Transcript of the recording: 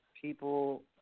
People